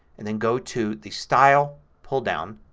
and then go to the style pulldown,